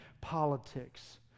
politics